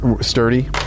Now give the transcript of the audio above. sturdy